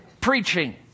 preaching